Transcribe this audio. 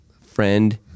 friend